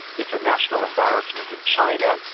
it's a national embarrassment in china,